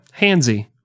handsy